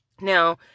now